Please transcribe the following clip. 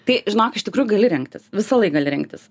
tai žinok iš tikrųjų gali rinktis visąlaik gali rinktis